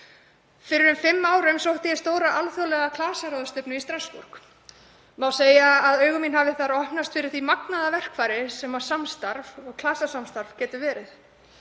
Fyrir um fimm árum sótti ég stóra alþjóðlega klasaráðstefnu í Strassborg og má segja að augu mín hafi opnast fyrir því magnaða verkfæri sem samstarf og klasasamstarf getur verið.